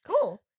Cool